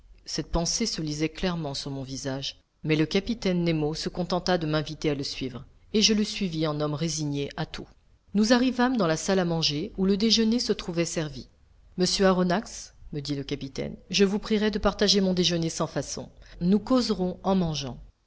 cette pensée se lisait clairement sur mon visage mais le capitaine nemo se contenta de m'inviter à le suivre et je le suivis en homme résigné à tout nous arrivâmes dans la salle à manger où le déjeuner se trouvait servi monsieur aronnax me dit le capitaine je vous prierai de partager mon déjeuner sans façon nous causerons en mangeant